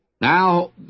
Now